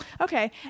Okay